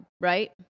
right